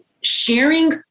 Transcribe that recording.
sharing